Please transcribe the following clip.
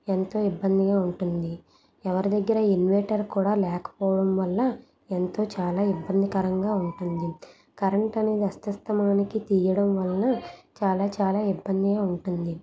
ఎంతో ఇబ్బందిగా ఉంటుంది ఎవరి దగ్గర ఇన్వెటర్ కూడా లేకపోవడం వల్ల ఎంతో చాలా ఇబ్బందికరంగా ఉంటుంది కరెంట్ అనేది అస్తమానం తీయడం వల్ల చాలా చాలా ఇబ్బందిగా ఉంటుంది